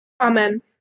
Amen